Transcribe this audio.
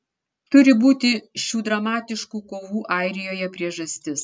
turi būti šių dramatiškų kovų airijoje priežastis